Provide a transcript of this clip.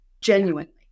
genuinely